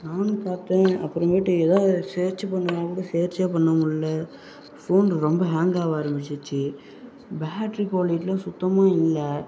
நானும் பார்த்தேன் அப்புறமேட்டு எதாவது செயற்ச்சு பண்ணணுன்னா கூட செயற்ச்சு பண்ணமுடில்ல ஃபோன் ரொம்ப ஹாங்க் ஆக ஆரமிச்சிடுச்சு பேட்டரி குவாலிட்டிலாம் சுத்தமாக இல்லை